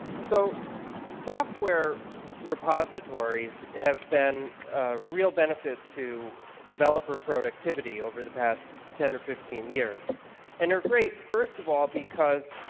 so software repositories have been a real benefit to developer productivity over the past ten or fifteen years and they're great first of all because